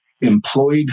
employed